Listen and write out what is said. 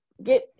Get